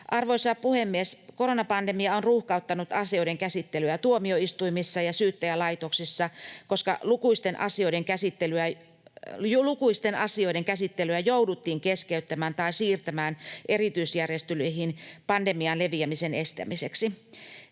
Arvoisa puhemies! Koronapandemia on ruuhkauttanut asioiden käsittelyä tuomioistuimissa ja Syyttäjälaitoksessa, koska lukuisten asioiden käsittely jouduttiin keskeyttämään tai niitä siirtämään erityisjärjestelyin pandemian leviämisen estämiseksi.